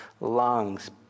lungs